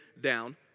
down